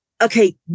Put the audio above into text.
okay